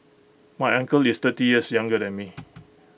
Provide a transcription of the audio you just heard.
my uncle is thirty years younger than me